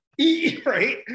Right